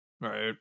right